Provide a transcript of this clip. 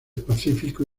pacífico